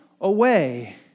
away